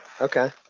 Okay